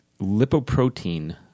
lipoprotein